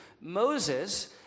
Moses